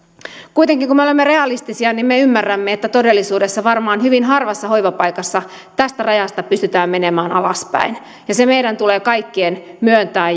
kuitenkin kun me olemme realistisia niin me ymmärrämme että todellisuudessa varmaan hyvin harvassa hoivapaikassa tästä rajasta pystytään menemään alaspäin ja se meidän tulee kaikkien myöntää